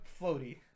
floaty